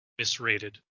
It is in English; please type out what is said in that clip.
misrated